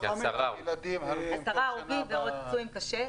עשרה הרוגים ועוד פצועים קשה.